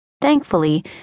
Thankfully